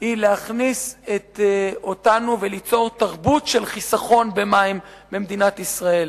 היא להכניס אותנו וליצור תרבות של חיסכון במים במדינת ישראל.